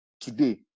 today